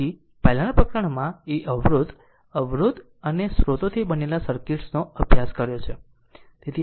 તેથી પહેલાના પ્રકરણમાં એ અવરોધ અવરોધ અને સ્ત્રોતોથી બનેલા સર્કિટ્સનો અભ્યાસ કર્યો છે